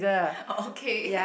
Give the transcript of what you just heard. oh okay